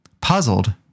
puzzled